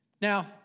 Now